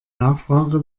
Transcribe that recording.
nachfrage